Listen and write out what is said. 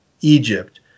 Egypt